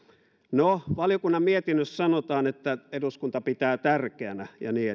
no valiokunnan mietinnössä sanotaan että eduskunta pitää tärkeänä ja niin